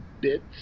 bits